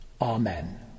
Amen